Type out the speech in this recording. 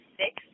six